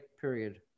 period